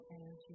energy